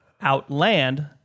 Outland